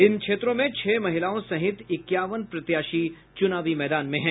इन क्षेत्रों में छह महिलाओं सहित इक्यावन प्रत्याशी चुनावी मैदान में है